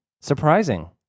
Surprising